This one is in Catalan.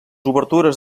obertures